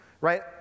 right